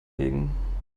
wegen